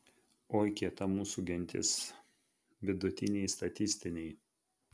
oi kieta mūsų gentis vidutiniai statistiniai